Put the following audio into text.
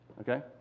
Okay